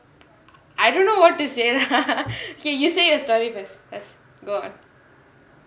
I don't know what to say lah okay you say your story first go on